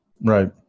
Right